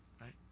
Right